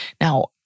Now